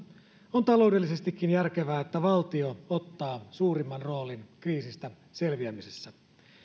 on taloudellisestikin järkevää että valtio ottaa suurimman roolin kriisistä selviämisessä